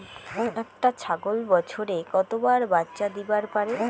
একটা ছাগল বছরে কতবার বাচ্চা দিবার পারে?